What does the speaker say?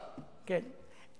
כמובן.